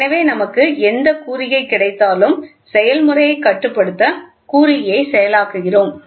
எனவே நமக்கு எந்த குறிகை கிடைத்தாலும் செயல்முறையை கட்டுப்படுத்த குறிகையை செயலாக்குகிறோம்